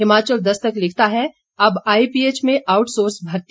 हिमाचल दस्तक लिखता है अब आईपीएच में आउटसोर्स भर्ती